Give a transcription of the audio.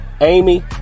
Amy